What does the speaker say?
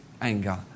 anger